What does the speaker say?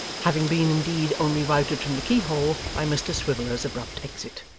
having been, indeed, only routed from the keyhole by mr swiveller's abrupt exit.